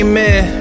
Amen